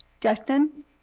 Justin